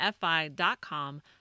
fi.com